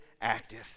active